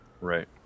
Right